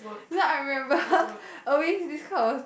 because I remember always this kind of